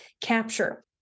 capture